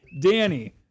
Danny